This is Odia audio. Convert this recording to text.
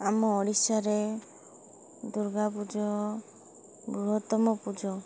ଆମ ଓଡ଼ିଶାରେ ଦୁର୍ଗା ପୂଜା ବୃହତ୍ତମ ପୂଜା